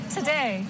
Today